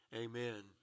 Amen